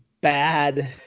bad